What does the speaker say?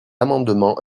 amendement